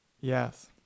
Yes